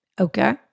Okay